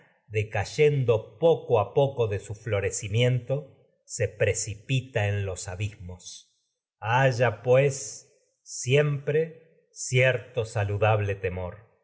decayendo en poco poco de su florecimiento siempre ciendo lo se precipita los abismos y no haya pues cierto saludable temor